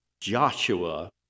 Joshua